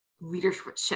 leadership